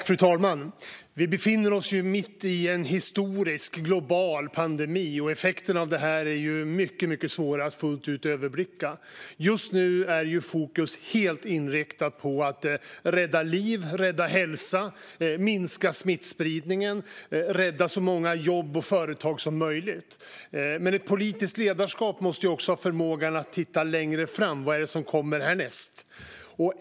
Fru talman! Vi befinner oss mitt i en historisk global pandemi, och effekten av den är mycket svår att fullt ut överblicka. Just nu är fokus helt inriktat på att rädda liv, rädda hälsa, minska smittspridningen och rädda så många jobb och företag som möjligt. Men ett politiskt ledarskap måste också ha förmågan att titta längre fram, vad det är som kommer härnäst.